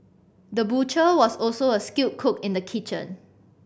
the butcher was also a skilled cook in the kitchen